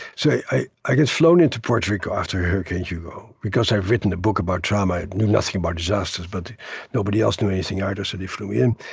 so i i get flown into puerto rico after hurricane hugo because i've written a book about trauma. i knew nothing about disasters, but nobody else knew anything either, so they flew me in.